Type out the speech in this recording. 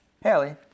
Haley